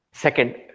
Second